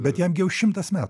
bet jam gi jau šimtas metų